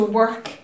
work